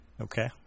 Okay